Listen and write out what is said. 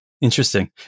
Interesting